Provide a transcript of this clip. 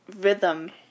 rhythm